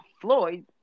Floyd